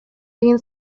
egin